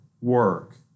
work